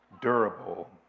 durable